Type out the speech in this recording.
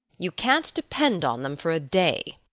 you can't depend on them for a day.